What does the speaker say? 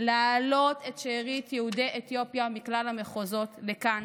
להעלות את שארית יהודי אתיופיה מכלל המחוזות לכאן.